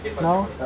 No